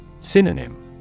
Synonym